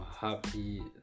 happy